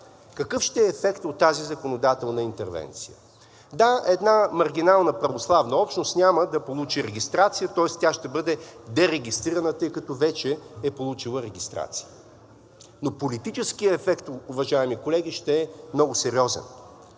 Какъв ще е ефектът от тази законодателна интервенция? Да, една маргинална православна общност няма да получи регистрация, тоест тя ще бъде дерегистрирана, тъй като вече е получила регистрация, но политическият ефект, уважаеми колеги, ще е много сериозен.